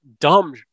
dumb